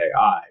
AI